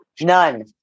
None